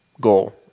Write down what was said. goal